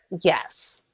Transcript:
Yes